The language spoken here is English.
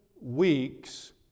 weeks